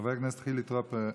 חבר הכנסת חילי טרופר,